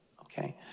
okay